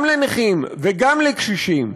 גם לנכים וגם לקשישים,